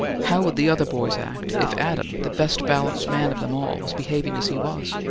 how would the other boys act, if adam, the best balanced man of them all, was behaving as he was?